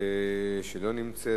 שלא נמצאת.